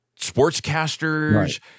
sportscasters